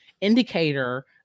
indicator